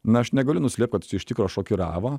na aš negaliu nuslėpt kad iš tikro šokiravo